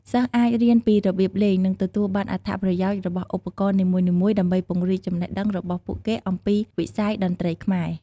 សិស្សអាចរៀនពីរបៀបលេង និងទទួលបានអត្ថប្រយោជន៍របស់ឧបករណ៍នីមួយៗដើម្បីពង្រីកចំណេះដឹងរបស់ពួកគេអំពីវិស័យតន្ត្រីខ្មែរ។